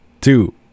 two